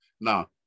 Now